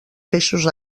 peixos